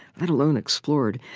let alone explored.